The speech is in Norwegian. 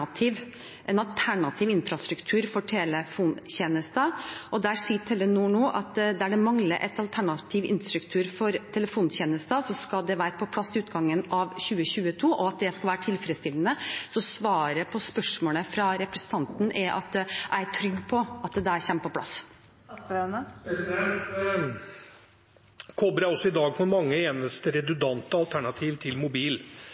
infrastruktur for telefontjenester, og der sier Telenor nå at der det mangler en alternativ infrastruktur for telefontjenester, skal den være på plass innen utgangen av 2022, og den skal være tilfredsstillende. Så svaret på spørsmålet fra representanten er at jeg er trygg på at det kommer på plass. Kobber er også for mange i dag det eneste redundante alternativet til mobil.